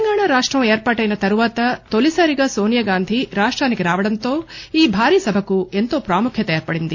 తెలంగాణ రాష్టం ఏర్ఆపటైన తర్వాత తొలిసారిగా సోనియాగాంధీ రాష్టానికి రావడంతో ఈ భారీ సభకు ఎంతో ప్రాముఖ్యం ఏర్పడింది